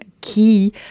key